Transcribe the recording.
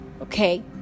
okay